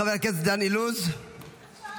חבר הכנסת דני אילוז, אינו נוכח,